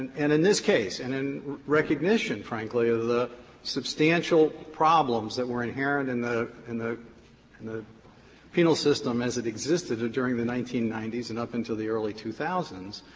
and in this case and in recognition, frankly, of the substantial problems that were inherent in the in the and penal system as it existed during the nineteen ninety s and up until the early two thousand